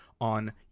on